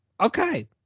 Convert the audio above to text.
Okay